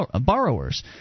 borrowers